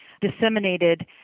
disseminated